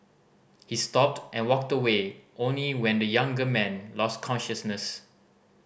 he stopped and walked away only when the younger man lost consciousness